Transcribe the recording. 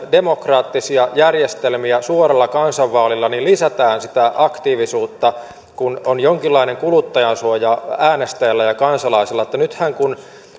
demokraattisia järjestelmiä suoralla kansanvaalilla lisätään sitä aktiivisuutta kun on jonkinlainen kuluttajansuoja äänestäjällä ja kansalaisella nythän kun